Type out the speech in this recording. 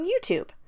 YouTube